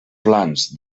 plans